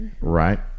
Right